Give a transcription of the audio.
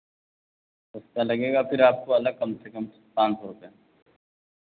उसका लगेगा फिर आपको अलग कम से कम पाँच सौ रुपैया